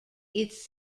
its